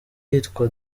yitwa